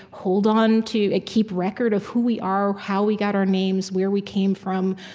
hold onto keep record of who we are, how we got our names, where we came from,